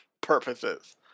purposes